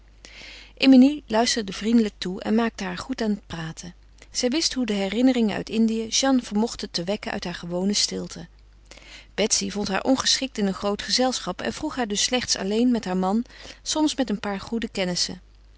emilie luisterde vriendelijk toe en maakte haar goed aan het praten zij wist hoe die herinneringen uit indië jeanne vermochten te wekken uit haar gewone stilte betsy vond haar ongeschikt in een groot gezelschap en vroeg haar dus slechts alleen met haar man soms met een paar goede kennissen